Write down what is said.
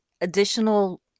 additional